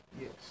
Yes